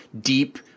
deep